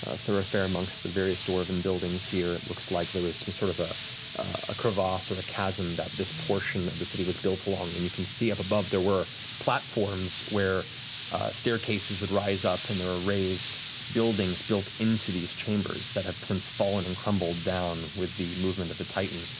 ah thoroughfare amongst the various dwarven buildings here. it looks like there is sort of ah a crevasse or ah chasm that this portion of the city was built along, and you can see up above there were platforms where staircases would rise up and there were raised buildings built into these chambers that have since fallen and crumbled down with the movement of the titan,